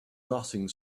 nothing